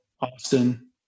Austin